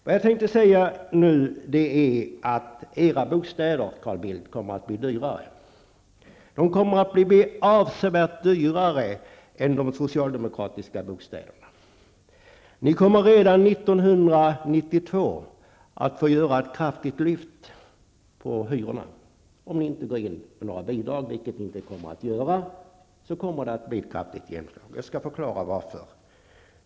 Jag vill också säga till Carl Bildt att era bostäder kommer att bli avsevärt dyrare än under den socialdemokratiska regimen. Ni kommer redan 1992 att få göra ett kraftigt hyreslyft. Om ni inte går in för bidrag, vilket ni inte kommer att göra, kommer det att bli ett sådant kraftigt genomslag. Jag skall förklara varför.